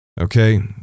okay